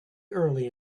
early